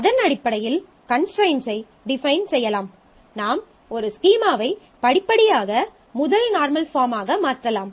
அதன் அடிப்படையில் கன்ஸ்ட்ரைன்ட்ஸை டிஃபைன் செய்யலாம் நாம் ஒரு ஸ்கீமாவை படிப்படியாக முதல் நார்மல் பாஃர்ம்மாக மாற்றலாம்